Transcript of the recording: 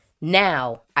Now